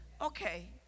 Okay